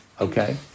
okay